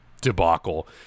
debacle